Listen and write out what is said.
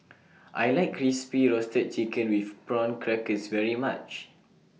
I like Crispy Roasted Chicken with Prawn Crackers very much